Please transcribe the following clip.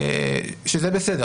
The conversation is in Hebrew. שזה בסדר.